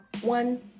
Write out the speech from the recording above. one